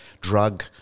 drug